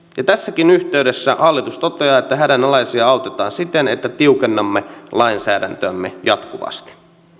ja tässäkin yhteydessä hallitus toteaa että hädänalaisia autetaan siten että tiukennamme lainsäädäntöämme jatkuvasti